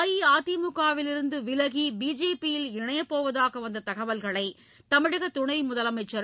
அஇஅதிமுக விலிருந்து விலகி தாம் பிஜேபி யில் இணையப்போவதாக வந்த தகவல்களை தமிழக துணை முதலமைச்சரும்